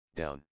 down